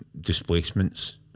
displacements